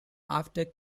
after